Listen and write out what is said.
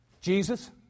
Jesus